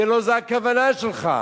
שלא זאת הכוונה שלך,